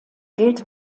gilt